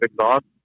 exhaust